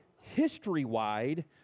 history-wide